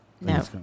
No